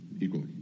equally